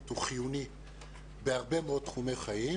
הוא חיוני בהרבה מאוד תחומי חיים,